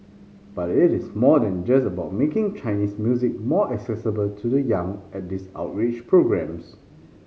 but it is more than just about making Chinese music more accessible to the young at these outreach programmes